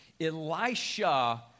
Elisha